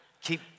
keep